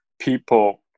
people